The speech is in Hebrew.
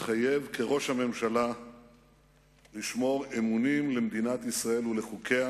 מתחייב כראש הממשלה לשמור אמונים למדינת ישראל ולחוקיה,